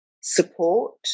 support